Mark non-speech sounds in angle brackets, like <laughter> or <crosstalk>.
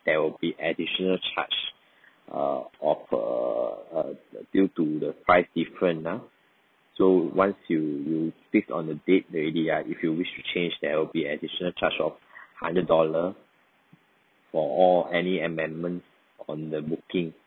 there will be additional charge uh of uh due to the price different ah so once you you fix on the date already ah if you wish to change there will be additional charge of <breath> hundred dollar for or any amendments on the booking